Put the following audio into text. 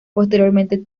posteriormente